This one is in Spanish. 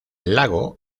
lago